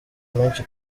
menshi